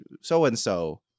so-and-so